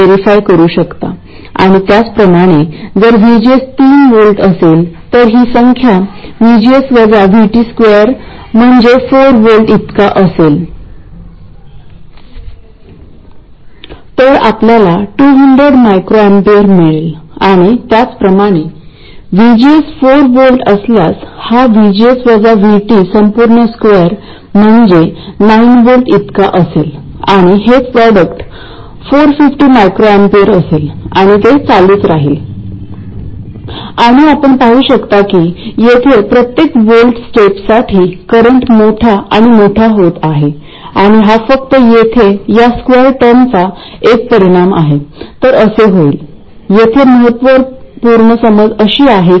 VGS constant असतांना पहिले expression उपयुक्त आहे त्यामुळे नंतर आपण पाहू शकता की हा Vt थेट या gm ला प्रभावित करेल आणि kn देखीलgm ला थेट प्रभावित करेल